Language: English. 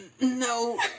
No